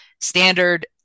standard